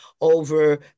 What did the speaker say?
over